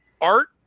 art